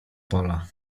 pola